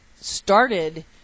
started